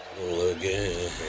again